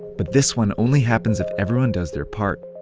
but this one only happens if everyone does their part.